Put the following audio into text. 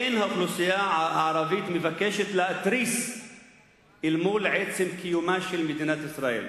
אין האוכלוסייה הערבית מבקשת להתריס אל מול עצם קיומה של מדינת ישראל.